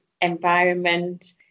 environment